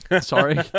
sorry